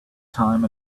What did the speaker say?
time